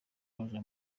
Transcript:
baja